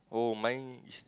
oh mine is